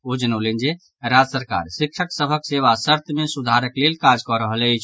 ओ जनौलनि जे राज्य सरकार शिक्षक सभक सेवा शर्त मे सुधारक लेल काज कऽ रहल अछि